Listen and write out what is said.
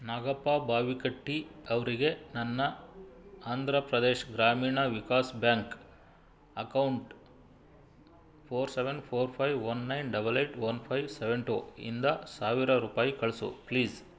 ನಾಗಪ್ಪ ಬಾವಿಕಟ್ಟಿ ಅವರಿಗೆ ನನ್ನ Andhra Pradesh Grameena Vikas bank account four seven four five one nine double eight one five seven two ಇಂದ ಸಾವಿರ ರೂಪಾಯಿ ಕಳಿಸು ಪ್ಲೀಸ್